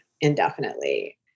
indefinitely